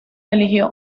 eligió